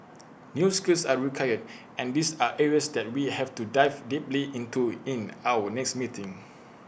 new skills are required and these are areas that we have to dive deeply into in our next meeting